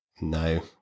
No